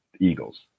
Eagles